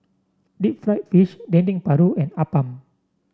Deep Fried Fish Dendeng Paru and Appam